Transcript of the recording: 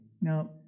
Now